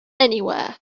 anywhere